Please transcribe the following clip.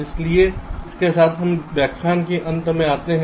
इसलिए इसके साथ हम व्याख्यान के अंत में आते हैं